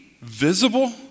visible